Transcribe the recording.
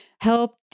help